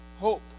Hope